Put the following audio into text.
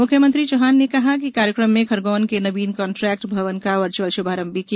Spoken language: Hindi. मुख्यमंत्री श्री चौहान ने कार्यक्रम में खरगोन के नवीन कलेक्ट्रेट भवन का वर्चुअल शुभारंभ भी किया